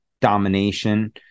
domination